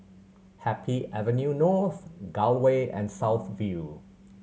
Happy Avenue North Gul Way and South View